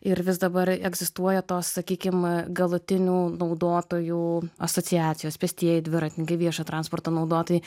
ir vis dabar egzistuoja tos sakykim galutinių naudotojų asociacijos pėstieji dviratininkai viešojo transporto naudotojai